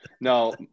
no